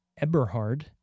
Eberhard